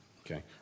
Okay